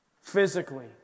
Physically